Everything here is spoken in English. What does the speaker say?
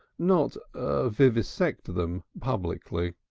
not vivisect them publicly.